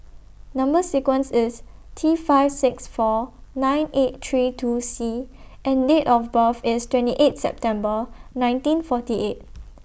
Number sequence IS T five six four nine eight three two C and Date of birth IS twenty eight September nineteen forty eight